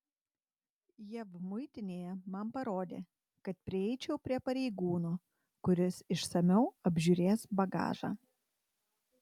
jav muitinėje man parodė kad prieičiau prie pareigūno kuris išsamiau apžiūrės bagažą